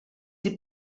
die